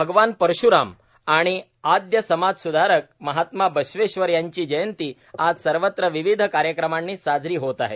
भगवान परश्राम आणि आद्य समाजस्धारक महात्मा बसवेश्वर यांची जयंती आज सर्वत्र विविध कार्यक्रमांनी साजरी होत आहे